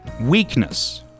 Weakness